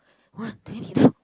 one twenty two